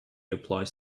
applies